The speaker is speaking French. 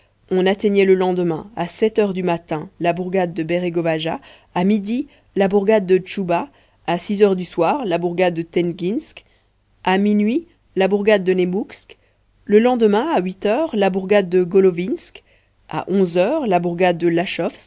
on atteignait le lendemain à sept heures du matin la bourgade de beregowaja à midi la bourgade de dschuba à six heures du soir la bourgade de tenginsk à minuit la bourgade de nebugsk le lendemain à huit heures la bourgade de golowinsk à onze heures la bourgade de